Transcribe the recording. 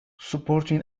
supporting